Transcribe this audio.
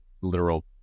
literal